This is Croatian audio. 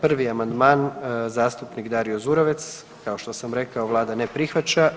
1. amandman zastupnik Dario Zurovec, kao što sam rekao vlada ne prihvaća.